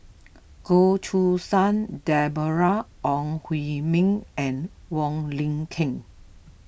Goh Choo San Deborah Ong Hui Min and Wong Lin Ken